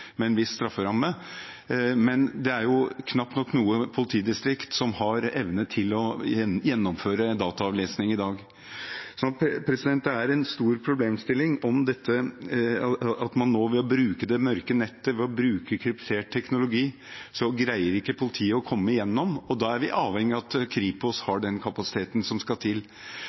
med en viss strafferamme, men det er knapt nok noe politidistrikt som har evne til å gjennomføre dataavlesning i dag. Så det er en stor problemstilling nå, at bruk av det mørke nettet og bruk av kryptert teknologi gjør at politiet ikke greier å komme gjennom, og da er vi avhengig av at Kripos har den kapasiteten som skal til.